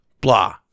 Blah